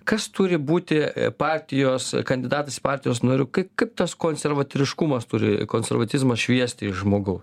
kas turi būti partijos kandidatas į partijos nariu kaip kaip tas konservatiriškumas turi konservatizmas šviesti iš žmogau